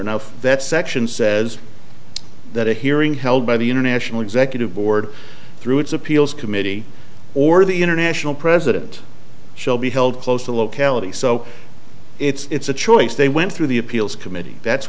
for that section says that a hearing held by the international executive board through its appeals committee or the international president shall be held close to locality so it's a choice they went through the appeals committee that's